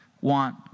want